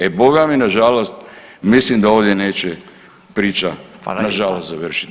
E boga mi na žalost mislim da ovdje neće priča na žalost završiti.